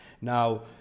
Now